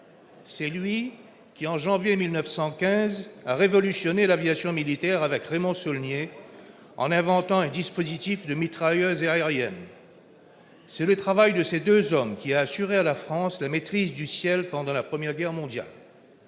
C'est lui qui, en janvier 1915, a révolutionné l'aviation militaire, avec Raymond Saulnier, en inventant un dispositif de mitrailleuse aérienne. C'est le travail de ces deux hommes qui a assuré à la France la maîtrise du ciel pendant la Première Guerre mondiale.